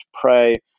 pray